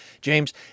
James